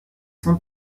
son